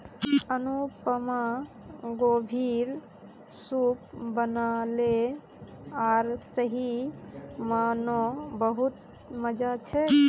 अनुपमा गोभीर सूप बनाले आर सही म न बहुत मजा छेक